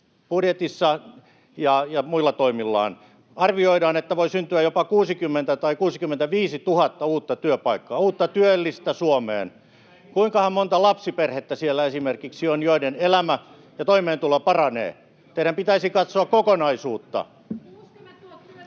budjetissaan ja muilla toimillaan, arvioidaan, että voi syntyä jopa 60 000—65 000 uutta työpaikkaa, uutta työllistä Suomeen. Kuinkahan monta lapsiperhettä siellä esimerkiksi on, joiden elämä ja toimeentulo paranevat? Teidän pitäisi katsoa kokonaisuutta.